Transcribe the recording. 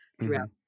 throughout